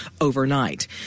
overnight